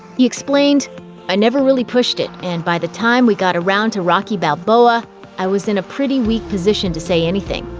he explained i never really pushed it, and by the time we got around to rocky balboa i was in a pretty weak position to say anything.